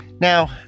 Now